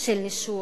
של נישול.